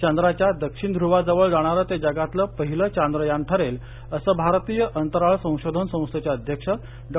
चंद्राच्या दक्षिण ध्र्वाजवळ जाणार ते जगातल पहिलं चांद्रयान ठरेल असं भारतीय अंतराळ संशोधन संस्थेचे अध्यक्ष डॉ